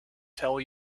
tell